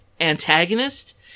antagonist